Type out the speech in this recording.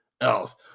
else